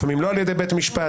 לפעמים לא על ידי בית משפט,